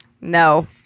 No